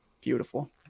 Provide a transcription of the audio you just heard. beautiful